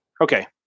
Okay